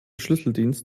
schlüsseldienst